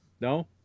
no